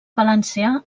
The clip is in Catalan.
valencià